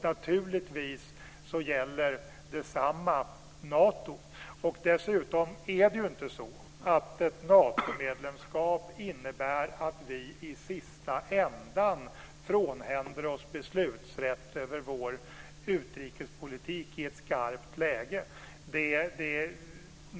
Detsamma gäller naturligtvis Nato. Dessutom är det ju inte så att ett Natomedlemskap innebär att vi i slutändan frånhänder oss beslutsrätt över vår utrikespolitik i ett skarpt läge.